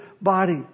body